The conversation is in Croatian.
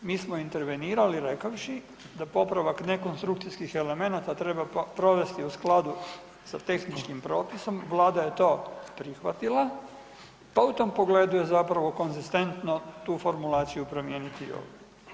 Mi smo intervenirali rekavši da popravak ne konstrukcijskih elemenata treba provesti u skladu sa tehničkim propisom, Vlada je to prihvatila pa u tom pogledu je konzistentno tu formulaciju promijeniti i ovdje.